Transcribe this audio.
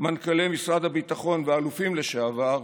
מנכ"לי משרד הביטחון ואלופים לשעבר,